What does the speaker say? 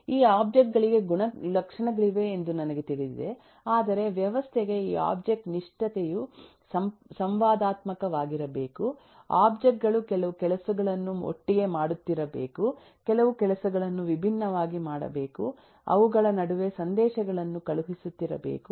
ಈ ಒಬ್ಜೆಕ್ಟ್ ಗಳಿಗೆ ಗುಣಲಕ್ಷಣಗಳಿವೆ ಎಂದು ನನಗೆ ತಿಳಿದಿದೆ ಆದರೆ ವ್ಯವಸ್ಥೆಗೆ ಈ ಒಬ್ಜೆಕ್ಟ್ ನಿಷ್ಠತೆಯು ಸಂವಾದಾತ್ಮಕವಾಗಿರಬೇಕು ಒಬ್ಜೆಕ್ಟ್ ಗಳು ಕೆಲವು ಕೆಲಸಗಳನ್ನು ಒಟ್ಟಿಗೆ ಮಾಡುತ್ತಿರಬೇಕು ಕೆಲವು ಕೆಲಸಗಳನ್ನು ವಿಭಿನ್ನವಾಗಿ ಮಾಡಬೇಕು ಅವುಗಳ ನಡುವೆ ಸಂದೇಶಗಳನ್ನು ಕಳುಹಿಸುತ್ತಿರಬೇಕು